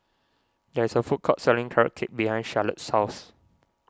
there is a food court selling Carrot Cake behind Charlottie's house